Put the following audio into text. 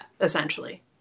essentially